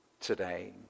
today